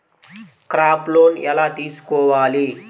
Crop loan ఎలా తీసుకోవాలి?